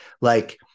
Like-